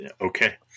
Okay